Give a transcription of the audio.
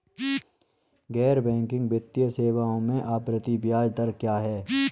गैर बैंकिंग वित्तीय सेवाओं में आवर्ती ब्याज दर क्या है?